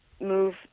move